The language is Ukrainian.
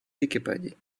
вікіпедій